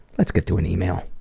let's get to an email.